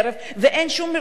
ואין שום רפואת חירום,